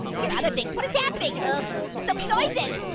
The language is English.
i hear other things. what is happening? oh, there's some noises.